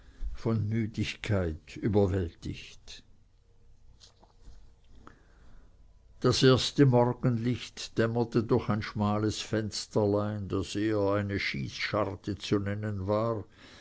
von müdigkeit überwältigt das erste morgenlicht dämmerte durch ein schmales fensterlein das eher eine schießscharte zu nennen war